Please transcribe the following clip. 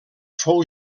fou